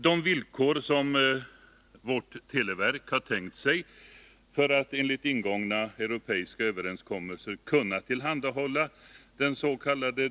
De villkor som vårt televerk har tänkt sig för att enligt ingångna europeiska överenskommelser kunna tillhandahålla dens.k.